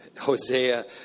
Hosea